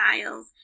styles